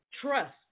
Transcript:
trust